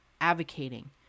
advocating